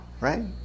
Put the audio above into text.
Right